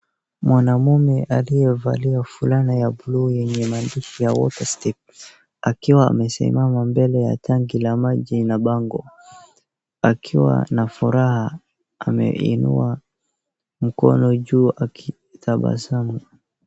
Mwanaume aliyevalia fulana ya buluu yenye maandishi ya WaterStep akiwa amesimama mbele ya tanki la maji na bango akiwa na furaha ameinua mkono juu akitabasamu.